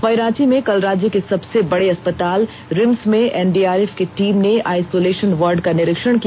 वहीं रांची में कल राज्य के सबसे बड़े अस्पताल रिम्स में एनडीआरएफ की टीम ने आइसोलेषन वार्ड का निरीक्षण किया